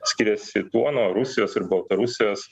skiriasi tuo nuo rusijos ir baltarusijos